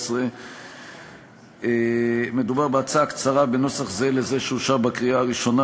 התשע"ד 2014. מדובר בהצעה קצרה בנוסח זהה לזה שאושר בקריאה הראשונה,